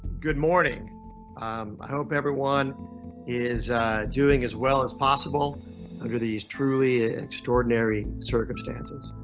good morning. i hope everyone is doing as well as possible under these truly extraordinary circumstances.